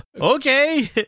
Okay